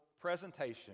presentation